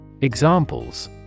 Examples